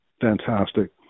fantastic